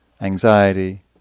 anxiety